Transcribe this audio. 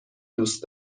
دوست